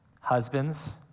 husbands